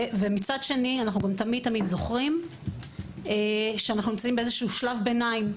ומצד שני אנחנו תמיד זוכרים שאנחנו נמצאים בשלב ביניים.